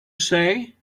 say